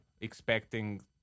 expecting